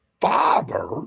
father